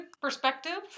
perspective